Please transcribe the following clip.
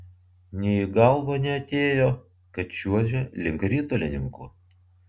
nė į galvą neatėjo kad čiuožia link ritulininkų